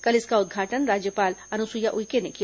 कल इसका उद्घाटन राज्यपाल अनुसुईया उइके ने किया